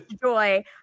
joy